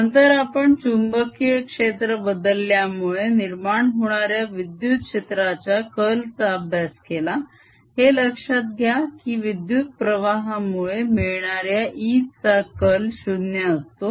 नंतर आपण चुंबकीय क्षेत्र बदलल्यामुळे निर्माण होणाऱ्या विद्युत क्षेत्राच्या कर्लचा अभ्यास केला हे लक्षात घ्या की विद्युत प्रभारामुळे मिळणाऱ्या E चा कर्ल 0 असतो